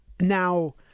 Now